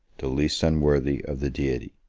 the least unworthy of the deity.